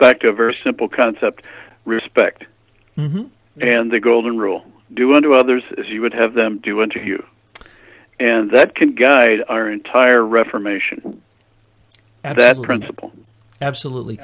back to a very simple concept respect and the golden rule do unto others as you would have them do unto you and that can guide our entire reformation at that principle absolutely